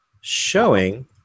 showing